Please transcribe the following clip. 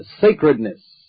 sacredness